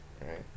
right